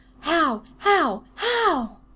how? how? how?